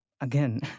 again